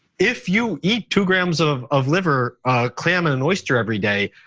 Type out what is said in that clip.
if you eat two grams of of liver, a clam and an oyster every day,